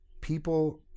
people